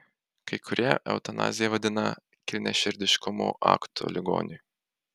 kai kurie eutanaziją vadina kilniaširdiškumo aktu ligoniui